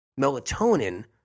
Melatonin